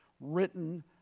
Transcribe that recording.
written